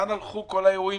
לאן הלכו כל האירועים,